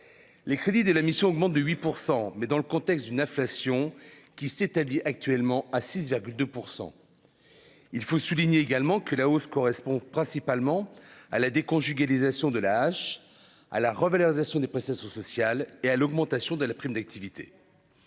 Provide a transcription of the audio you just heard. les crédits de la mission augmente de 8 % mais dans le contexte d'une inflation qui s'établit actuellement à 6 virgule 2 pour 100, il faut souligner également que la hausse correspond principalement à la déconjugalisation de la âge à la revalorisation des prestations sociales et à l'augmentation de la prime d'activité